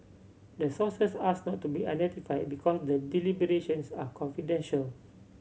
the sources asked not to be identified because the deliberations are confidential